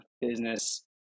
business